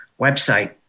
website